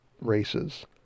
races